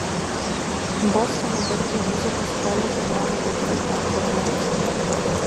bostono berklio muzikos koledže gavo garbės daktaro laipsnį